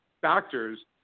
factors